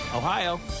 Ohio